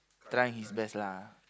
trying his best lah